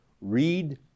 read